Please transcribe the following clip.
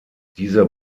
dieser